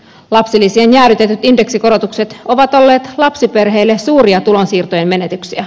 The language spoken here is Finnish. lapsilisien jäädytetyt indeksikorotukset ovat olleet lapsiperheille suuria tulonsiirtojen menetyksiä